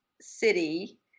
city